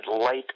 light